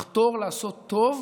לחתור לעשות טוב,